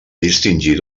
distingir